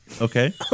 Okay